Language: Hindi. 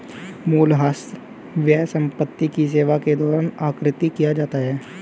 मूल्यह्रास व्यय संपत्ति की सेवा के दौरान आकृति किया जाता है